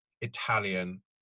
Italian